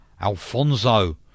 Alfonso